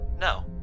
No